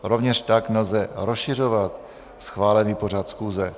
Rovněž tak nelze rozšiřovat schválený pořad schůze.